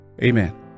amen